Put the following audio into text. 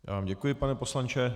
Já vám děkuji, pane poslanče.